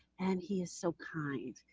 and he is so kind,